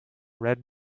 red